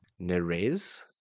Nerez